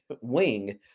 wing